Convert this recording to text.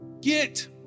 get